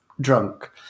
drunk